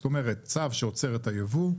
זאת אומרת, צו שעוצר את היבוא,